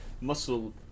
muscle